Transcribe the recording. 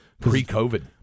Pre-COVID